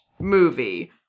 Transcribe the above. movie